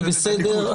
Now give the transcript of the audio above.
זה בסדר,